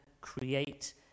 create